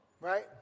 Right